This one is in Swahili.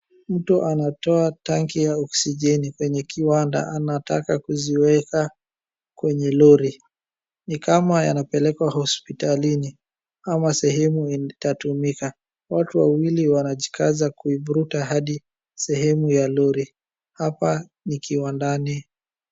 Mtu anatoa tanki ya oksijeni kwenye kiwanda, anataka kuziweka kwenye lori. Ni kama yanapelekwa hosiptalini ama sehemu itatumika, watu wawili wanajikaza kivuruta hadi sehemu ya lori, hapa ni kiwandani.